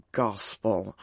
gospel